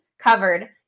covered